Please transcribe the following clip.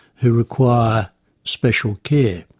who require special care.